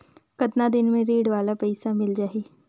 कतना दिन मे ऋण वाला पइसा मिल जाहि?